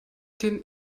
den